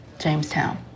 Jamestown